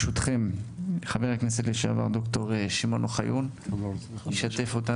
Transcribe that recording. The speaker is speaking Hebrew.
חבר הכנסת לשעבר ד"ר שמעון אוחיון, בבקשה.